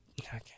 Okay